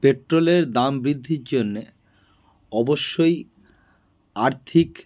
পেট্রোলের দাম বৃদ্ধির জন্যে অবশ্যই আর্থিক